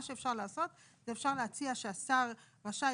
מה שאפשר לעשות זה אפשר להציע שהשר יהיה רשאי